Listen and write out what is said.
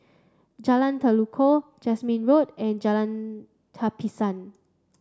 Jalan Tekukor Jasmine Road and Jalan Tapisan